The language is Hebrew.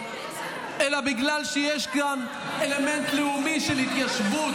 אלא בגלל שיש גם אלמנט לאומי של התיישבות,